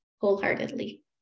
wholeheartedly